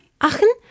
Aachen